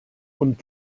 und